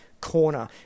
corner